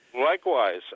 Likewise